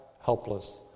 helpless